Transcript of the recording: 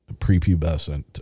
prepubescent